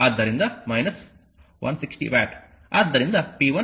ಆದ್ದರಿಂದ 160 ವ್ಯಾಟ್